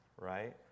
right